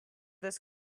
this